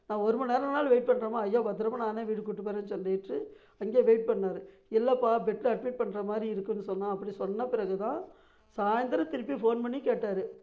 நான் ஒருமண் நேரம் ஆனாலும் வெயிட் பண்ணுறேம்மா ஐயாவை பத்தரமாக நானே வீட்டுக்கு கூட்டு போகறேன்னு சொல்லிவிட்டு அங்கேயே வெயிட் பண்ணார் இல்லைப்பா பெட்டில் அட்மிட் பண்ற மாரி இருக்குன்னு சொன்ன அப்படி சொன்ன பிறகு தான் சாய்ந்தரம் திருப்பி ஃபோன் பண்ணி கேட்டார்